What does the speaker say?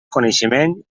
coneixement